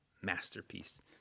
masterpiece